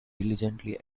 diligently